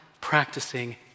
practicing